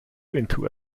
into